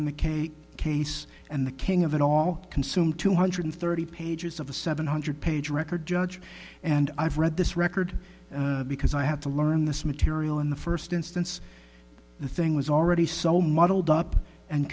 a case and the king of it all consume two hundred thirty pages of a seven hundred page record judge and i've read this record because i had to learn this material in the first instance the thing was already so muddled up and